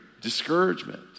discouragement